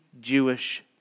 Jewish